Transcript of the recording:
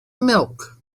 milk